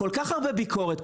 כל כך הרבה ביקורת,